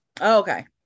okay